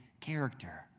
character